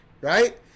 Right